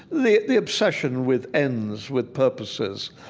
the the obsession with ends with purposes.